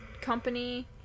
company-